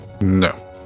No